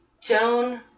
Joan